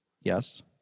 Yes